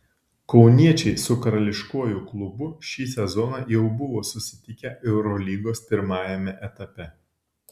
kauniečiai su karališkuoju klubu šį sezoną jau buvo susitikę eurolygos pirmajame etape